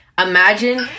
Imagine